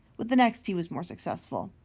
with the next he was more successful.